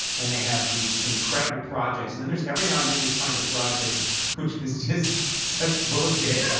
and they have these incredible projects. and then there's every now and then you'd find a project which was just such bullshit.